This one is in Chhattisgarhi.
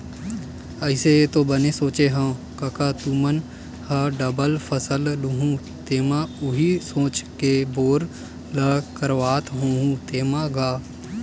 अइसे ऐ तो बने सोचे हँव कका तुमन ह डबल फसल लुहूँ तेमा उही सोच के बोर ल करवात होहू तेंमा गा?